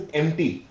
empty